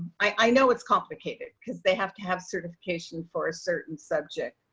i know it's complicated cause they have to have certification for a certain subject,